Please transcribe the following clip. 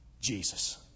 Jesus